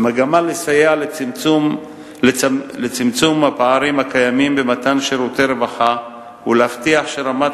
במגמה לסייע לצמצום הפערים הקיימים במתן שירותי רווחה ולהבטיח שרמת